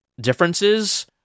differences